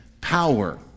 power